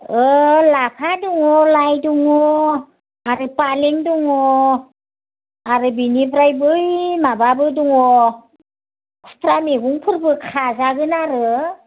लाफा दङ लाइ दङ आरो फालें दङ आरो बेनिफ्राय बै माबाबो दङ खुथ्रा मैगंफोरबो खाजागोन आरो